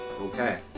okay